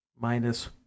minus